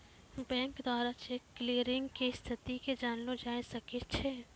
bank द्वारा cheque clearing के स्थिति के जानलो जाय सकै छै